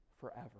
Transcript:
forever